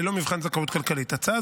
ללא מבחן זכאות כלכלית.